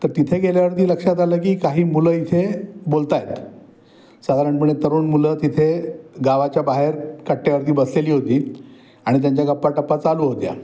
तर तिथे गेल्यावरती लक्षात आलं की काही मुलं इथे बोलत आहेत साधारणपणे तरुण मुलं तिथे गावाच्या बाहेर कट्ट्यावरती बसलेली होती आणि त्यांच्या गप्पा टप्पा चालू होत्या